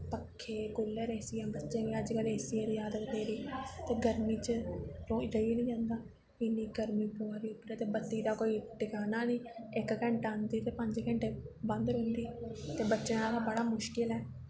पक्खे cooler AC बच्चें गी अज्जकल एसी दी आदत पेदी ते गर्मी च रोज लग्गी नि जंदा इन्नी गर्मी पोआ दी उप्परा ते बत्ती दा कोई ठकाना नेईं इक घैंटा आंदी ते पंज घैंटे बंद रौंह्नदी ते बच्चें दा ते बड़ा मुश्किल ऐ